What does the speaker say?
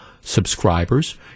subscribers